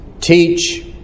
Teach